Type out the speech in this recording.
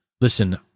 Listen